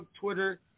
Twitter